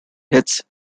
heads